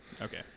Okay